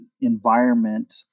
environment